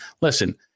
listen